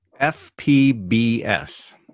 FPBS